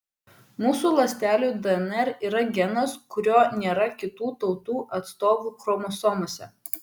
mūsų ląstelių dnr yra genas kurio nėra kitų tautų atstovų chromosomose